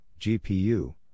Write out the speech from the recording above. GPU